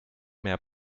mehr